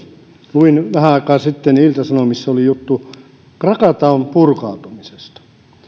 luin vähän aikaa sitten kun ilta sanomissa oli juttu krakataun purkautumisesta